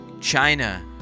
China